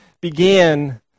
began